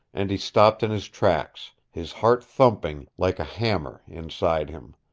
and he stopped in his tracks, his heart thumping like a hammer inside him.